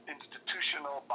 Institutional